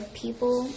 people